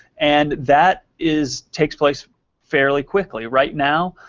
and that is takes place fairly quickly. right now,